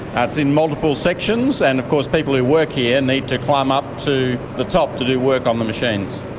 and it's in multiple sections, and of course people who work here need to climb up to the top to do work on the machines.